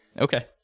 Okay